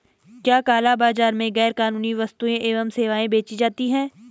क्या काला बाजार में गैर कानूनी वस्तुएँ एवं सेवाएं बेची जाती हैं?